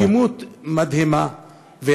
אטימות מדהימה.